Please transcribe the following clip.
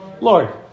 Lord